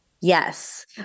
Yes